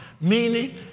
Meaning